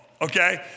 okay